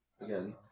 again